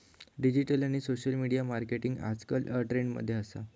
digital आणि social media marketing आजकल trend मध्ये असा